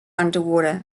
underwater